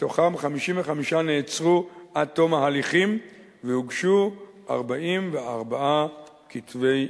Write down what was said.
מתוכם 55 נעצרו עד תום ההליכים והוגשו 44 כתבי-אישום.